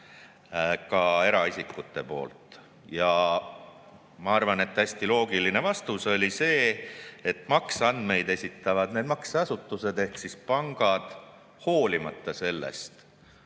ka eraisikute poolt. Ja ma arvan, et hästi loogiline vastus oli see, et makseandmeid esitavad makseasutused ehk pangad olenemata sellest,